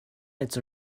its